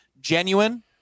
genuine